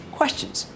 questions